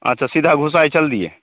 अच्छा सीधा घुसाए चल दिए